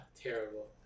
terrible